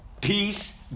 Peace